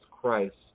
Christ